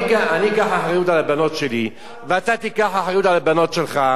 אני אקח אחריות על הבנות שלי ואתה תיקח אחריות על הבנות שלך,